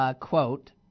Quote